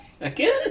Again